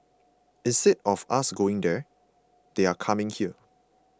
instead of us going there they are coming here